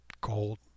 cold